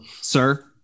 sir